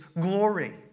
glory